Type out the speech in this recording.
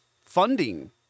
funding